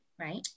Right